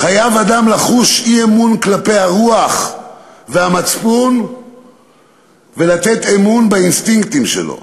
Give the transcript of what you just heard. חייב אדם לחוש אי-אמון כלפי הרוח והמצפון ולתת אמון באינסטינקטים שלו.